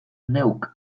neuk